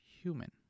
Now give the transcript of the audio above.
human